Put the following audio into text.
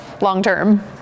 long-term